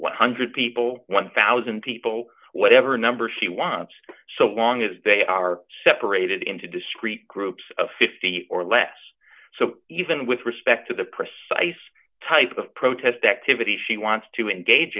one hundred people one thousand people whatever number she wants so long as they are separated into discrete groups of fifty or less so even with respect to the precise type of protest activity she wants to engage